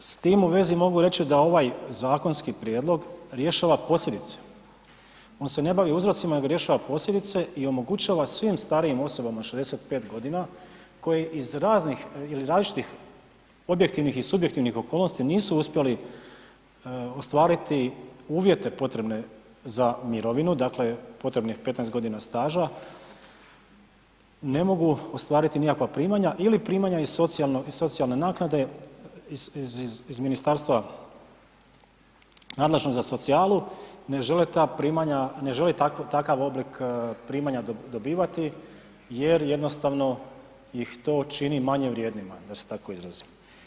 S tim u vezi mogu reći da ovaj zakonski prijedlog rješava posljedice, on se ne bavi uzrocima nego rješava posljedice i omogućava svim starijim osobama od 65.g. koji iz raznih ili različitih objektivnih i subjektivnih okolnosti nisu uspjeli ostvariti uvjete potrebne za mirovinu, dakle, potrebnih 15.g. staža, ne mogu ostvariti nikakva primanja ili primanja iz socijalne naknade iz ministarstva nadležnog za socijalu, na žele ta primanja, ne žele takav oblik primanja dobivati jer jednostavno ih to čini manje vrijednima, da se tako izrazim.